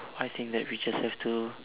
I think that we just have to